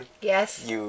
Yes